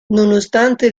nonostante